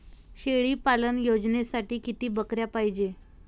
शेळी पालन योजनेसाठी किती बकऱ्या पायजे?